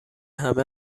همه